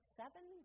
seven